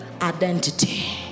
identity